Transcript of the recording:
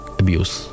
abuse